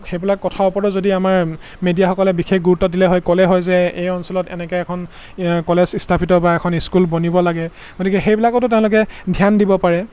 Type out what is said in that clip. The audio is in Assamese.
সেইবিলাক কথা ওপৰতো যদি আমাৰ মিডিয়াসকলে বিশেষ গুৰুত্ব দিলে হয় ক'লে হয় যে এই অঞ্চলত এনেকৈ এখন কলেজ স্থাপিত বা এখন স্কুল বনিব লাগে গতিকে সেইবিলাকতো তেওঁলোকে ধ্যান দিব পাৰে